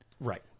Right